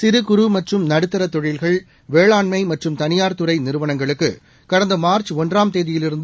சிறு குறு மற்றும் நடுத்தர தொழில்கள் வேளாண்மை மற்றும் தனியார் துறை நிறுவனங்களுக்கு மார்ச் கடந்த தேதியிலிருந்து